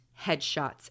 headshots